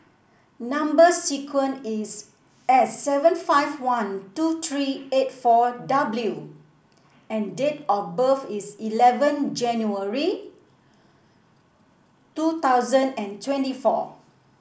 number sequence is S seven five one two three eight four W and date of birth is eleven January two thousand and twenty four